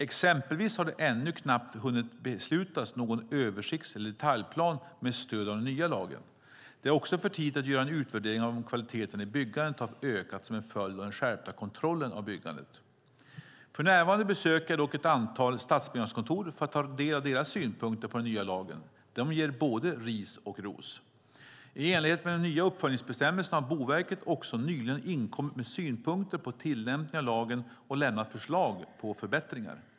Exempelvis har det ännu knappt hunnit beslutas någon översikts eller detaljplan med stöd av den nya lagen. Det är också för tidigt att göra en utvärdering av om kvaliteten i byggandet har ökat som en följd av den skärpta kontrollen av byggandet. För närvarande besöker jag dock ett antal stadsbyggnadskontor för att ta del av deras synpunkter på den nya lagen. De ger både ris och ros. I enlighet med de nya uppföljningsbestämmelserna har Boverket också nyligen inkommit med synpunkter på tillämpningen av lagen och lämnat förslag på förbättringar.